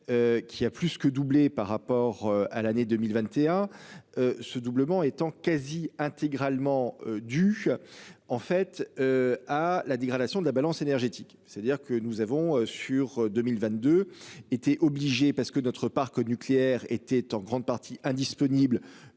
Qui a plus que doublé par rapport à l'année 2021. Ce doublement étant quasi intégralement du en fait. À la dégradation de la balance énergétique, c'est-à-dire que nous avons sur 2022. Été obligé parce que notre parc nucléaire était en grande partie indisponibles